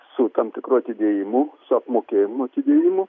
su tam tikru atidėjimu su apmokėjimu atidėjimo